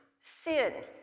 sin